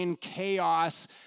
chaos